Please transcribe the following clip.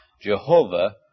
Jehovah